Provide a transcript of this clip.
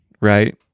right